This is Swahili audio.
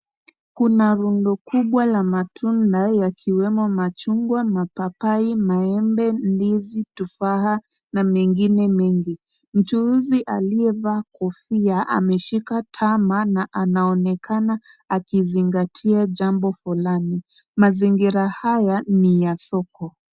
Kuna rundo kubwa la matunda yakiwemo machungwa, mapapai, maembe, ndizi, tufaha na mengine mengi. Mchuuzi aliyevaa kofia ameshika tama na anaonekana akizingatia jambo fulani. Mazingira haya ni ya soko.